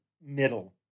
middle